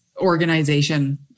organization